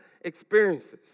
experiences